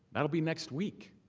that will be next week.